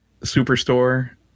Superstore